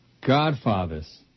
Godfathers